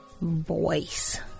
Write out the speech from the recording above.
voice